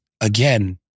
again